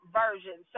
version